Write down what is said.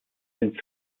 sind